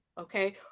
Okay